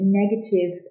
negative